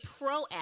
proactive